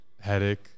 Headache